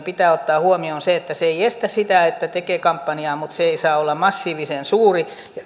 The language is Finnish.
pitää ottaa huomioon se että se ei estä sitä että tekee kampanjaa mutta se ei saa olla massiivisen suuri